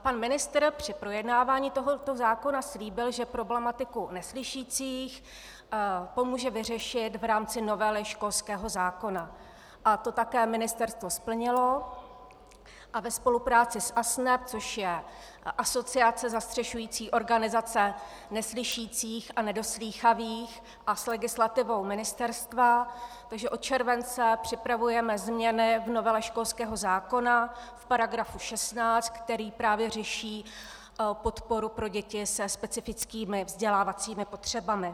Pan ministr při projednávání tohoto zákona slíbil, že problematiku neslyšících pomůže vyřešit v rámci novely školského zákona, a to také ministerstvo splnilo a ve spolupráci s ASNEP, což je asociace zastřešující organizace neslyšících a nedoslýchavých, a s legislativou ministerstva, takže od července připravujeme změny v novele školského zákona v § 16, který právě řeší podporu pro děti se specifickými vzdělávacími potřebami.